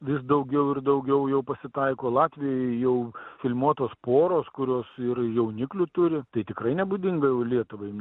vis daugiau ir daugiau jau pasitaiko latvijoj jau filmuotos poros kurios ir jauniklių turi tai tikrai nebūdinga jau lietuvai